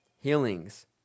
Healings